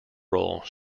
role